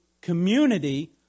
community